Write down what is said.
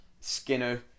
Skinner